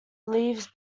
leaves